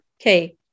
Okay